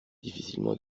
difficilement